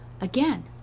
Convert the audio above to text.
again